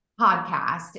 podcast